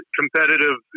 competitive